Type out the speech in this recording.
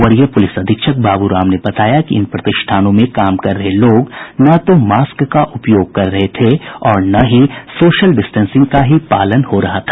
वरीय पुलिस अधीक्षक बाबू राम ने बताया कि इन प्रतिष्ठानों में काम कर रहे लोग न तो मास्क का उपयोग कर रहे थे और न ही सोशल डिस्टेंसिंग का पालन हो रहा था